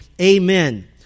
Amen